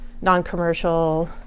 non-commercial